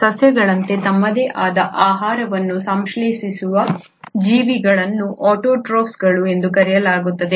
ಸಸ್ಯಗಳಂತೆ ತಮ್ಮದೇ ಆದ ಆಹಾರವನ್ನು ಸಂಶ್ಲೇಷಿಸುವ ಜೀವಿಗಳನ್ನು ಆಟೋಟ್ರೋಫ್ಗಳು ಎಂದು ಕರೆಯಲಾಗುತ್ತದೆ